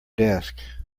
desk